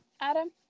Adam